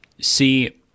See